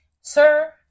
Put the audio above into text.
sir